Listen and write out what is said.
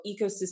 ecosystem